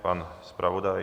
Pan zpravodaj?